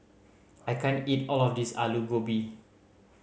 I can't eat all of this Alu Gobi